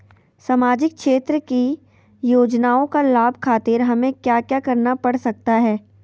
सामाजिक क्षेत्र की योजनाओं का लाभ खातिर हमें क्या क्या करना पड़ सकता है?